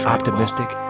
optimistic